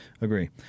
agree